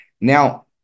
Now